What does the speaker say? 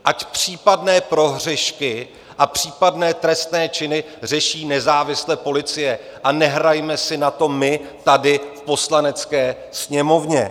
Ať případné prohřešky a případné trestné činy řeší nezávisle policie a nehrajme si na to my tady v Poslanecké sněmovně.